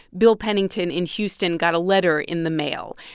bill pennington in houston got a letter in the mail.